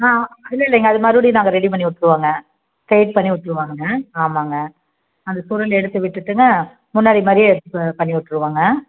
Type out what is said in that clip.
ஆ இல்லை இல்லைங்க அது மறுபடியும் நாங்கள் ரெடி பண்ணி விட்ருவோங்க ஸ்ட்ரெய்ட் பண்ணி விட்ருவாங்கங்க ஆமாங்க அந்த சுருள் எடுத்து விட்டுவிட்டுங்க முன்னாடி மாதிரியே பண்ணி விட்ருவோங்க